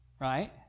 Right